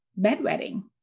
bedwetting